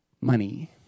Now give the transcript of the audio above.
money